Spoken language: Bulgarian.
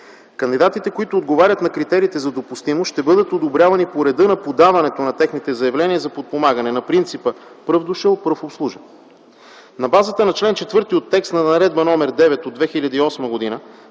„Кандидатите, които отговарят на критериите за допустимост ще бъдат одобрявани по реда на подаването на техните заявления за подпомагане на принципа „Пръв дошъл – пръв обслужен”. На базата на чл. 4 от текста на Наредба № 9 от 2008 г.